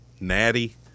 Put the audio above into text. Natty